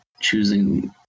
choosing